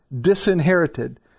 disinherited